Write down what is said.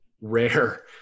rare